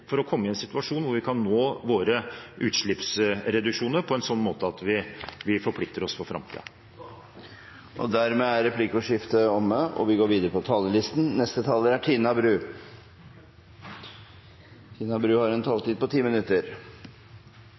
for å komme i en situasjon hvor vi kan nå våre utslippsreduksjoner på en slik måte at vi forplikter oss for framtiden. Bra! Replikkordskiftet er omme. Klimatoppmøtet i Paris ble avsluttet med glede og lettelse over at nesten 200 av verdens land klarte å finne sammen om en